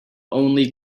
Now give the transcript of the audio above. only